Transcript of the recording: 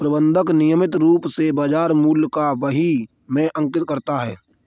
प्रबंधक नियमित रूप से बाज़ार मूल्य को बही में अंकित करता है